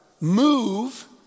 move